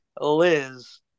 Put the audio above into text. Liz